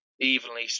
evenly